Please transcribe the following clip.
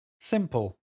Simple